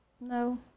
No